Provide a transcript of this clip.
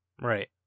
Right